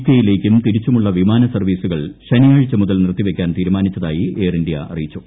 K യിലേക്കും തിരിച്ചുമുള്ള വിമാന സർവ്വീസുകൾ ശനിയാഴ്ച മുതൽ നിർത്തി വയ്ക്കാൻ തീരുമാനിച്ചതായി എയർ ഇന്ത്യ അറിയിച്ചു